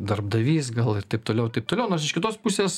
darbdavys gal ir taip toliau ir taip toliau nors iš kitos pusės